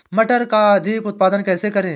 मटर का अधिक उत्पादन कैसे करें?